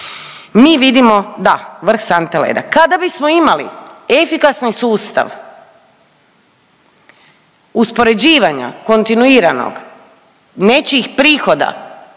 Mi vidimo da vrh sante leda. Kada bismo imali efikasan sustav uspoređivanja kontinuirano nečijih prihoda